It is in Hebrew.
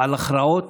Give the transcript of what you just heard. על הכרעות